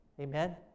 Amen